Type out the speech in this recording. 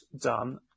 done